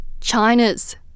China's